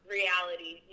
reality